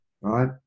right